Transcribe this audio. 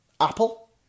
apple